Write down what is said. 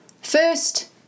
First